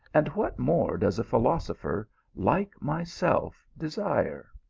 and what more does a philosopher like myself desire?